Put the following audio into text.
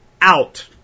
out